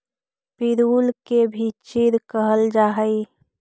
पिरुल के भी चीड़ कहल जा हई